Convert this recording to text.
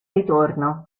ritorno